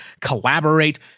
collaborate